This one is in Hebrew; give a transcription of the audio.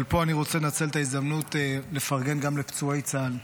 אבל פה אני רוצה לנצל את ההזדמנות לפרגן גם לפצועי צה"ל,